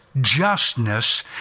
justness